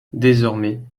désormais